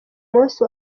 munsi